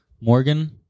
Morgan